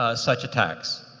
ah such attacks.